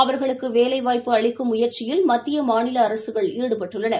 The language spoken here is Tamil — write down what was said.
அவர்களுக்குவேலைவாய்ப்பு அளிக்கும் முயற்சியில் மத்திய மாநிலஅரசுகள் ஈடுபட்டுள்ளன